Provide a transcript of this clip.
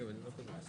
נבצר ממנו